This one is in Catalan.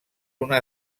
una